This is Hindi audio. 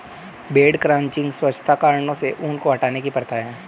भेड़ क्रचिंग स्वच्छता कारणों से ऊन को हटाने की प्रथा है